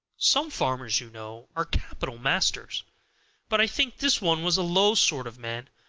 some farmers, you know, are capital masters but i think this one was a low sort of man.